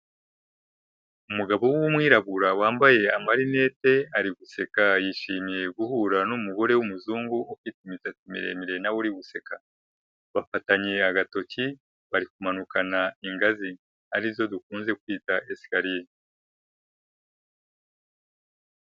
Umugabo w'umwirabura wambaye amalinete, ari guseka yishimiye guhura n'umugore w'umuzungu ufite imisatsi miremire na we uri useka. Bafatanye agatoki bari kumanukana ingazi. Arizo dukunze kwita esikariye.